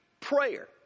prayer